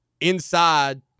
inside